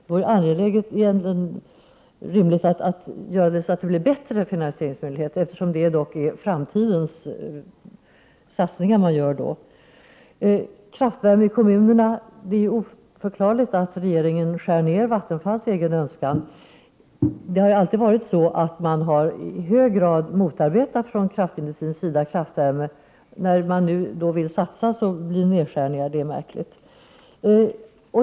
Egentligen vore det rimligt att rent av ge dem bättre finansieringsmöjligheter, eftersom detta dock är framtidens satsningar. Vad gäller kraftvärme i kommunerna är det oförklarligt att regeringen skär ner Vattenfalls egna önskemål. Det har ju alltid varit så att kraftindustrin i hög grad har motarbetat kraftvärmen. När man nu vill satsa på den, blir det nedskärningar — det är märkligt!